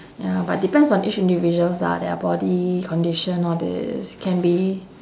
ya but depends on each individuals lah their body condition all these can be